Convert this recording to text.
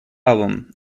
album